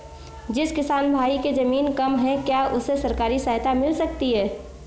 जिस किसान भाई के ज़मीन कम है क्या उसे सरकारी सहायता मिल सकती है?